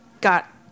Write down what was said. got